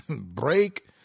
Break